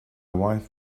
wife